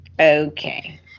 Okay